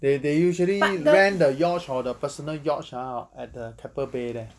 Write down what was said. they they usually rent the yacht or the personal yacht !huh! at the keppel bay there